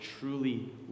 truly